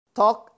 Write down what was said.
talk